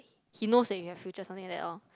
he knows that you have future something that all